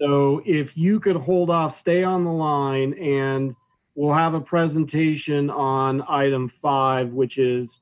so if you could hold off stay on the line and we'll have a presentation on item five which is